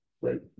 right